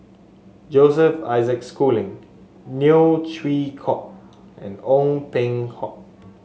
Joseph Isaac Schooling Neo Chwee Kok and Ong Peng Hock